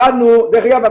דרך אגב,